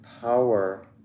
power